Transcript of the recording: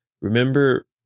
Remember